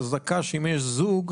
חזקה שאם יש זוג,